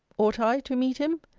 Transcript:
ought i to meet him?